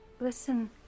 Listen